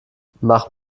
mach